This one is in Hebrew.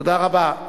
תודה רבה.